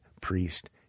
priest